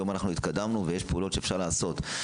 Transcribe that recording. היום התקדמנו ויש פעולות שאפשר לעשות.